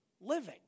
living